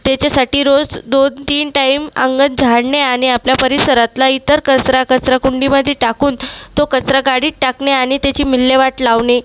त्याच्यासाठी रोज दोन तीन टाईम अंगण झाडणे आणि आपला परिसरातला इतर कचरा कचराकुंडीमधे टाकून तो कचरा गाडीत टाकणे आणि त्याची मिल्हेवाट लावणे